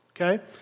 okay